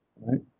right